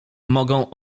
mogą